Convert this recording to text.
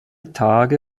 tage